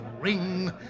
ring